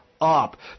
up